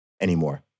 anymore